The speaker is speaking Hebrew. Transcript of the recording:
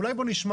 אולי בוא נשמע,